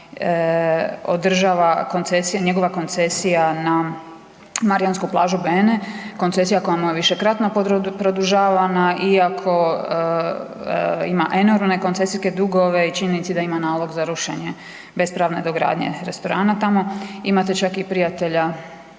održava koncesije, njegova koncesija na marijansku plažu Bene, koncesija koja mu je višekratno produžavana iako ima enormne koncesijske dugove i činjenica da ima nalog za rušenje bespravne dogradnje restorana, tamo imate čak i prijatelja